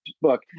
book